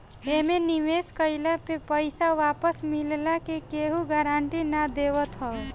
एमे निवेश कइला पे पईसा वापस मिलला के केहू गारंटी ना देवत हअ